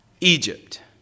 Egypt